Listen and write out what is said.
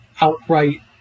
outright